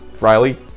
Riley